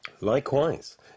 Likewise